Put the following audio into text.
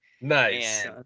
Nice